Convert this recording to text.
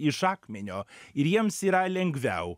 iš akmenio ir jiems yra lengviau